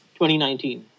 2019